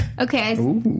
Okay